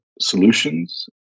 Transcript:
solutions